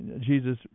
jesus